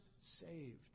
saved